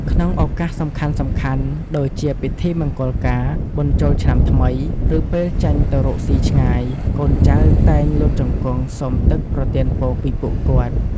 ក្នុងឱកាសសំខាន់ៗ ដូចជាពិធីមង្គលការ បុណ្យចូលឆ្នាំថ្មី ឬពេលចេញទៅរកស៊ីឆ្ងាយ កូនចៅតែងលុតជង្គង់សុំទឹកប្រទានពរពីពួកគាត់។